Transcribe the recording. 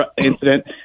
incident